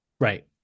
Right